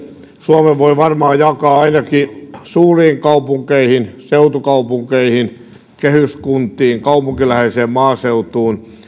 suomen voi varmaan jakaa ainakin suuriin kaupunkeihin seutukaupunkeihin kehyskuntiin kaupunkiläheiseen maaseutuun